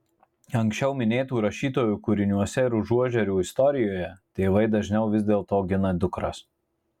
anksčiau minėtų rašytojų kūriniuose ir užuožerių istorijoje tėvai dažniau vis dėlto gina dukras